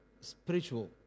spiritual